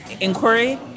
inquiry